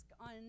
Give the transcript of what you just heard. on